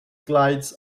clyde